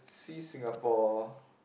see Singapore